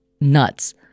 nuts